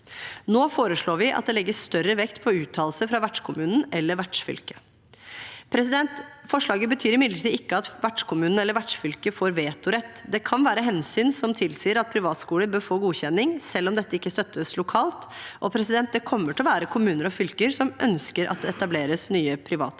Nå foreslår vi at det legges større vekt på uttalelser fra vertskommunen eller vertsfylket. Forslaget betyr imidlertid ikke at vertskommunen eller vertsfylket får vetorett. Det kan være hensyn som tilsier at privatskoler bør få godkjenning selv om dette ikke støttes lokalt. Det kommer også til å være kommuner og fylker som ønsker at det etableres nye private